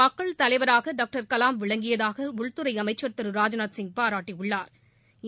மக்கள் தலைவராக டாக்டர் கலாம் விளங்கியதாக உள்துறை அமைச்ச் திரு ராஜ்நாத்சிங் பாராட்டியுள்ளா்